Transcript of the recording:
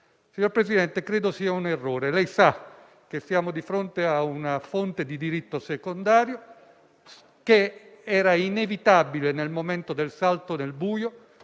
Presidente Conte, io credo sia un errore. Lei sa che siamo di fronte ad una fonte di diritto secondario. Era inevitabile nel momento del salto nel buio,